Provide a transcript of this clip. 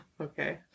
Okay